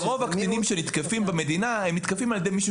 שרוב הקטינים שנתקפים במדינה נתקפים על ידי מישהו